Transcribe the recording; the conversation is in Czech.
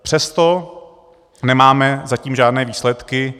Přesto nemáme zatím žádné výsledky.